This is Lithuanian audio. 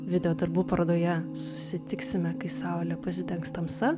video darbų parodoje susitiksime kai saulė pasidengs tamsa